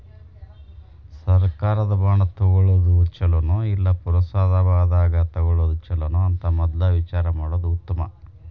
ಸರ್ಕಾರದ ಬಾಂಡ ತುಗೊಳುದ ಚುಲೊನೊ, ಇಲ್ಲಾ ಪುರಸಭಾದಾಗ ತಗೊಳೊದ ಚುಲೊನೊ ಅಂತ ಮದ್ಲ ವಿಚಾರಾ ಮಾಡುದ ಉತ್ತಮಾ